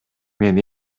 мен